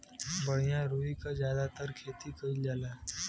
बढ़िया रुई क जादातर खेती कईल जाला